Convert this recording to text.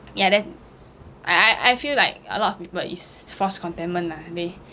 yeah then I I I feel like a lot of people is false contentment lah they